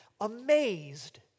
Amazed